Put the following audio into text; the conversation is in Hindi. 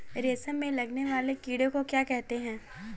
रेशम में लगने वाले कीड़े को क्या कहते हैं?